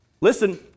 Listen